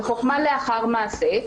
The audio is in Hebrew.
בחוכמה לאחר מעשה,